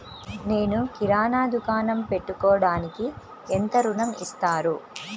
నేను కిరాణా దుకాణం పెట్టుకోడానికి ఎంత ఋణం ఇస్తారు?